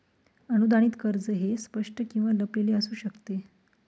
अनुदानित कर्ज हे स्पष्ट किंवा लपलेले असू शकते